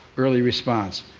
early response.